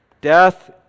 Death